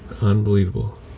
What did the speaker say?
Unbelievable